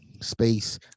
space